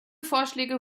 vorschläge